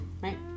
Right